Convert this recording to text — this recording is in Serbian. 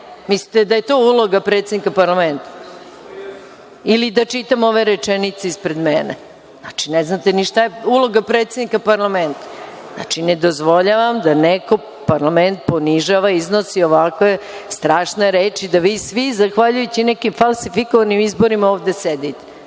Mislite li da je to uloga predsednika parlamenta ili da čitam ove rečenice ispred mene? Znači, ne znate ni šta je uloga predsednika parlamenta. Ne dozvoljavam da neko parlament ponižava i iznosi ovakve strašne reči, da vi svi, zahvaljujući nekim falsifikovanim izborima, ovde sedite,